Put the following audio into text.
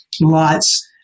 lights